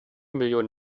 millionen